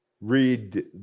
read